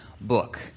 book